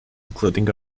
including